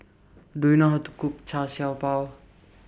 Do YOU know How to Cook Char Siew Bao